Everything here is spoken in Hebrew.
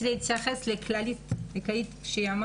לגבי כללית, בעיר ירושלים הן כן